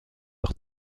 leur